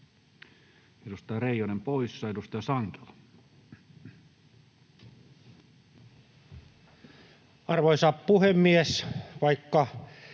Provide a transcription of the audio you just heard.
edustaja Reijonen poissa. — Edustaja Sankelo.